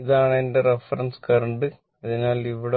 ഇതാണ് എന്റെ reference current അതിനാൽ ഇത്